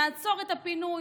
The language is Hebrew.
נעצור את הפינוי.